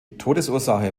todesursache